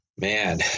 Man